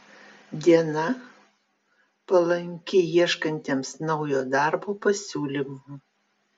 diena palanki ieškantiems naujo darbo pasiūlymų